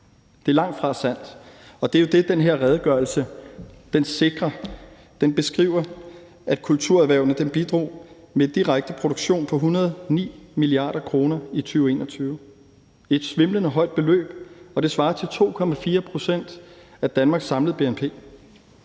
Det er langtfra sandt, og det er jo det, den her redegørelse viser. Den beskriver, at kulturerhvervene bidrog direkte med en produktion på 109 mia. kr. i 2021. Det er et svimlende højt beløb, og det svarer til 2,4 pct. af Danmarks samlede bnp.